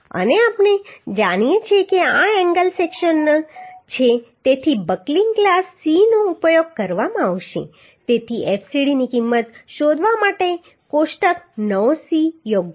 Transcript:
અને આપણે જાણીએ છીએ કે આ એક એંગલ સેક્શન છે તેથી બકલિંગ ક્લાસ C નો ઉપયોગ કરવામાં આવશે તેથી fcd ની કિંમત શોધવા માટે કોષ્ટક 9c યોગ્ય રહેશે